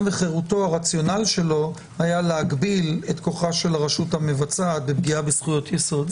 וחירותו היה להגביל את כוחה של הרשות המבצעת בפגיעה בזכויות יסוד.